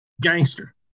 gangster